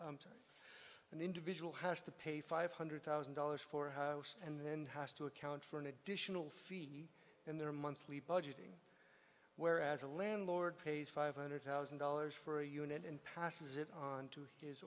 times an individual has to pay five hundred thousand dollars for a house and then has to account for an additional fee in their monthly budgeting whereas a landlord pays five hundred thousand dollars for a unit and passes it on to his